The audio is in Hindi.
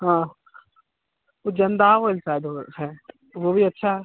हाँ उ जन्दाहा हैं वह भी अच्छा है